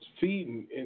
feeding